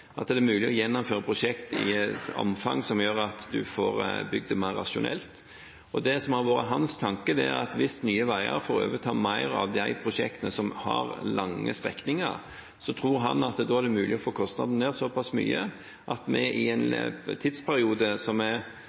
det er mulig å gjennomføre prosjekt i et omfang som gjør at en får bygd mer rasjonelt. Det som har vært hans tanke, er at hvis Nye Veier får overta mer av de prosjektene som har lange strekninger, tror han det er mulig å få kostnadene ned såpass mye at vi i en tidsperiode som